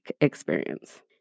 experience